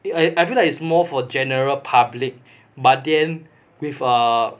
I feel like it's more for general public but then with a